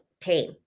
pain